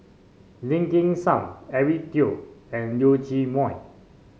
Lim Kim San Eric Teo and Leong Chee Mun